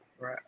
right